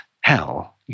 hell